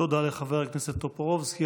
תודה לחבר הכנסת טופורובסקי.